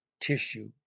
tissue